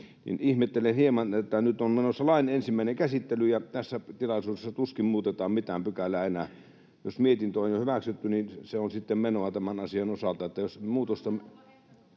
Ihmettelen hieman, että nyt on menossa lain ensimmäinen käsittely ja tässä tilaisuudessa tuskin muutetaan mitään pykälää enää. Jos mietintö on jo hyväksytty, niin se on sitten menoa tämän asian osalta,